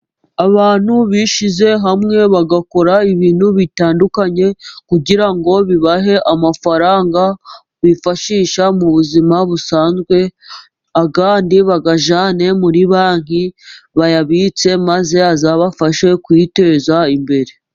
Abantu bishyize hamwe bagakora ibintu bitandukanye kugira ngo bibahe amafaranga bifashisha mu buzima busanzwe, ayandi bayajyane muri banki, bayabitse, maze azabafashe kwiteza imbere.